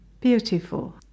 Beautiful